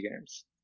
games